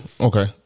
Okay